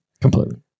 Completely